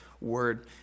word